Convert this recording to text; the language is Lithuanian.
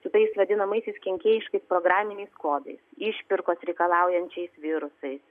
su tais vadinamaisiais kenkėjiškais programiniais kodais išpirkos reikalaujančiais virusais